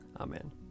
Amen